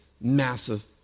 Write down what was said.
massive